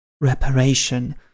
Reparation